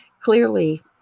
clearly